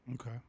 okay